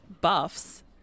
buffs